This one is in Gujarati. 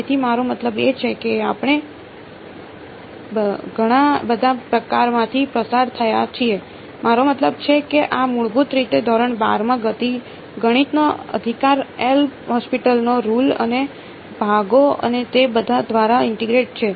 તેથી મારો મતલબ એ છે કે આપણે ઘણા બધા પ્રકારમાંથી પસાર થયા છીએ મારો મતલબ છે કે આ મૂળભૂત રીતે ધોરણ 12માં ગણિતનો અધિકાર LHopitalનો રુલ અને ભાગો અને તે બધા દ્વારા ઇન્ટીગ્રેટ છે